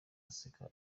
aseka